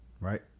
right